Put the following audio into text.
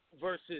versus